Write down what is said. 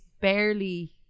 barely